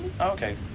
Okay